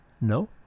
no